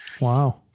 Wow